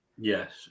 Yes